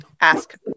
ask